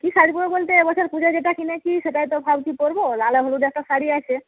কি সাজব বলতে এ বছর পুজোয় যেটা কিনেছি সেটাই তো ভাবছি পরব লালে হলুদে একটা শাড়ি আছে